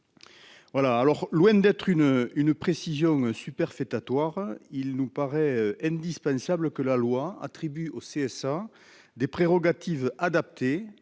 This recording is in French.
utilité. Loin d'être une précision superfétatoire, il nous paraît indispensable que la loi attribue au CSA des prérogatives adaptées